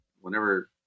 whenever